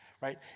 right